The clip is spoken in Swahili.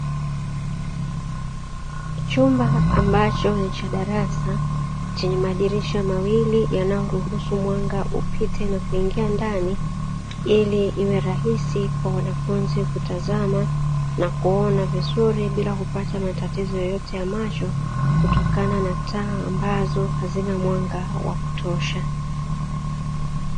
Chumba ambacho ni cha darasa, chenye madirisha mawili yanayoruhusu mwanga upite na kuingia ndani, ili iwe rahisi kwa wanafunzi kutazama na kuona vizuri bila kupata matatizo yeyote ya macho, kutokana na taa ambazo hazina mwanga wa kutosha.